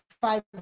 five